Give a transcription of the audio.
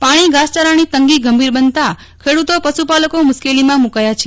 પાણી ઘાસચારાની તગી ગંભોર બનતા ખેડૂતો પશુપાલકો મુશ્કેલીમાં મુકાયા છે